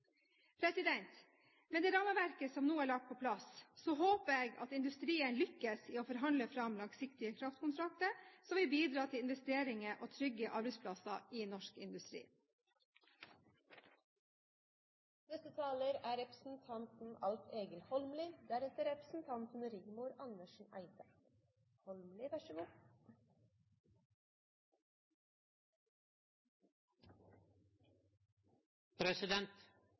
tid. Med det rammeverket som nå er lagt på plass, håper jeg at industrien lykkes i å forhandle fram langsiktige kraftkontrakter, som vil bidra til investeringer og trygge arbeidsplasser i norsk industri. Den saka som vi behandlar her i dag, er